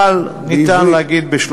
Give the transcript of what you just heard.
אבל ניתן להגיד בשלושה דרכים.